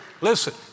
Listen